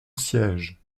siège